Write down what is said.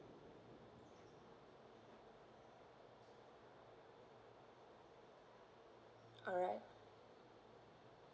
alright